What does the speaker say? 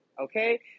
okay